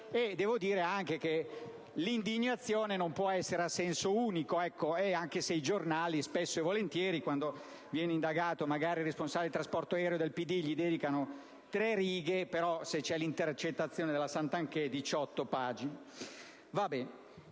*Fosson)*. E l'indignazione non può essere a senso unico, anche se i giornali spesso e volentieri quando viene indagato magari il responsabile del trasporto aereo del PD gli dedicano tre righe, ma, se c'è l'intercettazione della Santanché, diciotto pagine.